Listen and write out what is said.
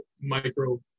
micro